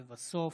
לבסוף,